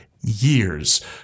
years